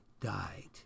died